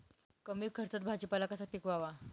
कमी खर्चात भाजीपाला कसा पिकवावा?